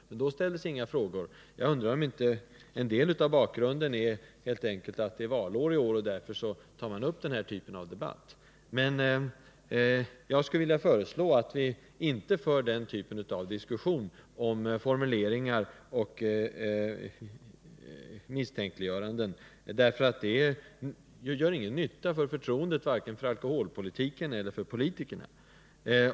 Men då ställdes inga frågor. Jag undrar om inte en del av bakgrunden till Thure Jadestigs fråga helt enkelt är att det är valår i år och att man därför tar upp den här typen av debatt. Jag skulle vilja föreslå att vi inte för en sådan diskussion om formuleringar och att vi avhåller oss från misstänkliggöranden. Sådant gagnar inte förtroendet för vare sig alkoholpolitiken eller politikerna.